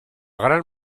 gran